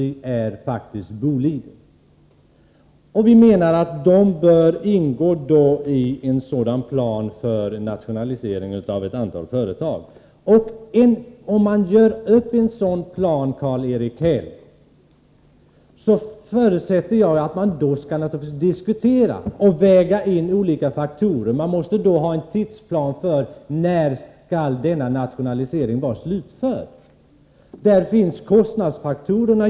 Vi menar att det bolaget bör ingå i en plan för nationalisering av ett antal företag. Om man upprättar en sådan plan, Karl-Erik Häll, förutsätter jag att man diskuterar och väger in olika faktorer. Det måste också finnas en tidsplan för när denna nationalisering skall vara slutförd. Därvid måste hänsyn tas till bl.a. kostnadsfaktorerna.